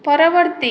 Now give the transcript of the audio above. ପରବର୍ତ୍ତୀ